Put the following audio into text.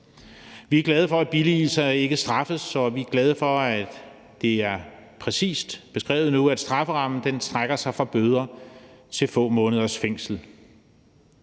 Vi er glade for, at billigelser ikke straffes, og vi er glade for, at det nu er præcist beskrevet, at strafferammen strækker sig fra bøder til få måneders fængsel.